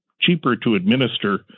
cheaper-to-administer